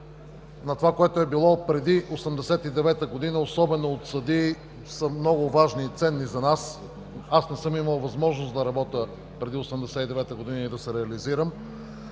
на това, което е било преди 1989 г., особено от съдии, са много важни и ценни за нас. Аз не съм имал възможност да работя преди 1989 г. и да се реализирам